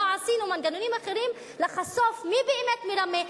לא עשינו מנגנונים אחרים לחשוף מי באמת מרמה.